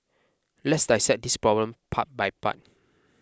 let's dissect this problem part by part